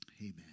amen